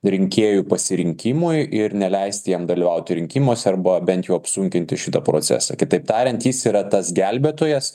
rinkėjų pasirinkimui ir neleisti jiem dalyvauti rinkimuose arba bent jau apsunkinti šitą procesą kitaip tariant jis yra tas gelbėtojas